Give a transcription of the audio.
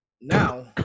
now